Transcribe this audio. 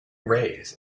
reyes